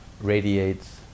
radiates